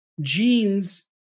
genes